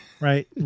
Right